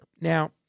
Now